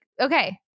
okay